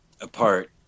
apart